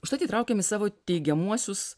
užtat įtraukėm į savo teigiamuosius